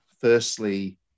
Firstly